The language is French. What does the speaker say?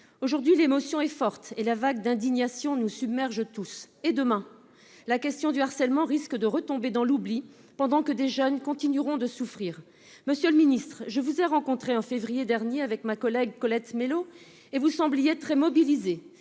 Aujourd'hui, l'émotion est forte et la vague d'indignation nous submerge tous. Mais demain, qu'en sera-t-il ? La question du harcèlement risque de retomber dans l'oubli, pendant que des jeunes continueront de souffrir. Monsieur le ministre, je vous ai rencontré en février dernier avec ma collègue Colette Mélot. Vous sembliez alors très mobilisé